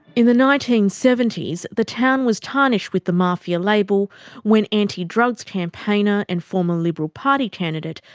in the nineteen seventy s, the town was tarnished with the mafia label when anti-drugs campaigner and former liberal party candidate,